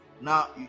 now